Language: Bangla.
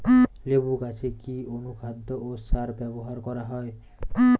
লেবু গাছে কি অনুখাদ্য ও সার ব্যবহার করা হয়?